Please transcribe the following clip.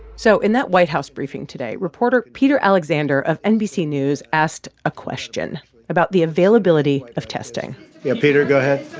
so in that white house briefing today, reporter peter alexander of nbc news asked a question about the availability of testing yeah. peter, go ahead